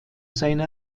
seine